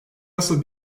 nasıl